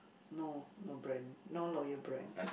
no no brand no loyal brand